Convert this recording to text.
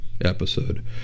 episode